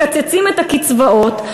מקצצים את הקצבאות,